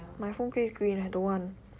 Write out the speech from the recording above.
my phone case green I don't want